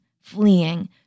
fleeing